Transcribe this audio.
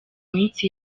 minsi